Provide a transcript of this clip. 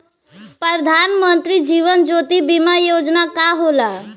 प्रधानमंत्री जीवन ज्योति बीमा योजना का होला?